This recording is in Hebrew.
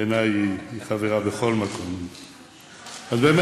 זה החוק שלך, אז אני